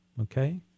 Okay